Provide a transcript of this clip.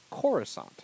Coruscant